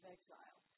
Exile